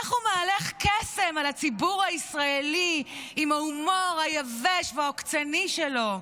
איך הוא מהלך קסם על הציבור הישראלי עם ההומור היבש והעוקצני שלו.